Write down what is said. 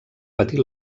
patir